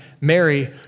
Mary